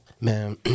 Man